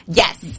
yes